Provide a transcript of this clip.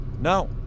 No